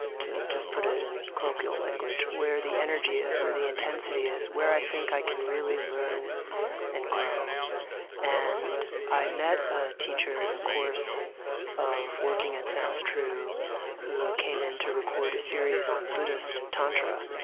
to just put it in colloquial language, where the energy is, where the intensity is, where i think i can really learn and grow and i met a teacher in the course of working at sounds true who came in to record a series on buddhist tantra.